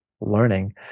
learning